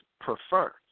prefer